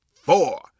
four